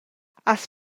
has